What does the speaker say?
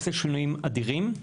הוא עושה שינויים אדירים.